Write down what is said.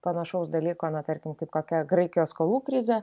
panašaus dalyko na tarkim kaip kokia graikijos skolų krizė